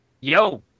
Yo